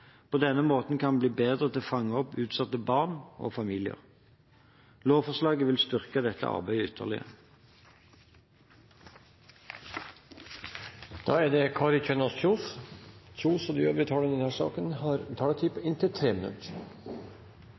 På denne måten kan en bli bedre til å fange opp utsatte barn og familier. Lovforslaget vil styrke dette arbeidet ytterligere. Jeg vil bare knytte et par kommentarer til ting som er